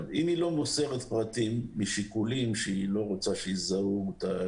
אם היא לא מוסרת פרטים משיקולים שהיא לא רוצה שיזהו אותה,